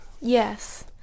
yes